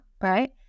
right